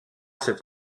cette